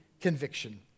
conviction